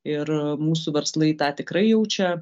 ir mūsų verslai tą tikrai jaučia